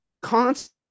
constant